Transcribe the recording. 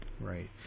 Right